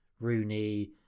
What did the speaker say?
Rooney